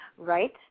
Right